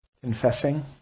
confessing